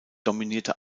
dominierte